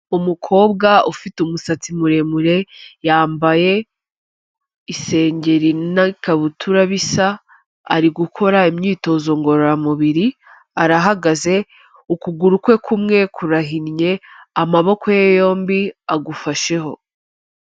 Umukobwa ufite umusatsi muremure yambaye isengeri n'ikabutura bisa ari gukora imyitozo ngororamubiri, arahagaze ukuguru kwe kumwe kurahinnye amaboko ye yombi agufasheho.